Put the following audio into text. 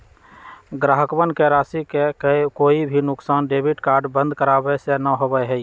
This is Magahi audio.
ग्राहकवन के राशि के कोई भी नुकसान डेबिट कार्ड बंद करावे से ना होबा हई